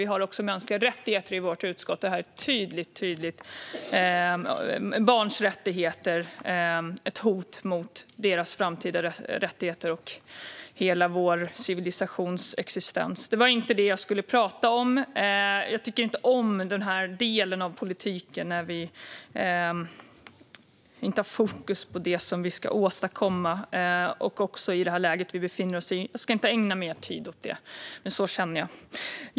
Vi ansvarar också för mänskliga rättigheter i vårt utskott, och detta är ett tydligt hot mot barnens framtida rättigheter och hela vår civilisations existens. Det var inte det jag skulle tala om, och jag tycker inte om den delen av politiken när vi inte har fokus på det vi ska åstadkomma, dessutom i det läge vi befinner oss. Jag ska därför inte ägna mer tid åt detta, men så känner jag.